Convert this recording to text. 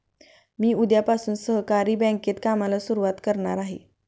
मी उद्यापासून सहकारी बँकेत कामाला सुरुवात करणार आहे